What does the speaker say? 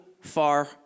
far